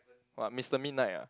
what Mister Midnight ah